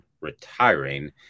retiring